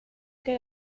que